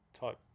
type